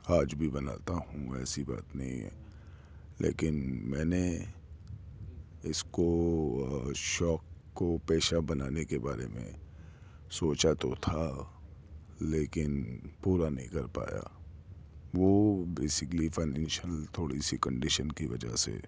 آج بھی بناتا ہوں ایسی بات نہیں ہے لیکن میں نے اس کو شوق کو پیشہ بنانے کے بارے میں سوچا تو تھا لیکن پورا نہیں کر پایا وہ بیسکلی فائنینشیل تھوڑی سی کنڈیشن کی وجہ سے